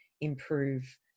improve